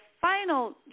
final